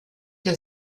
der